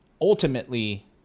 ultimately